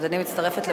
אני מצטרפת לברכות.